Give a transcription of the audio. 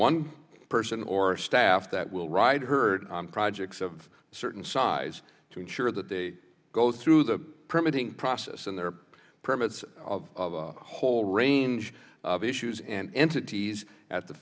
one person or staff that will ride herd on projects of certain size to ensure that they go through the permitting process and there are permits of a whole range of issues and entities at the